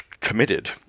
committed